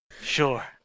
Sure